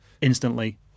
instantly